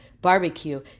barbecue